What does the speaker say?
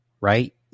right